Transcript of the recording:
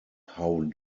how